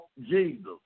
Jesus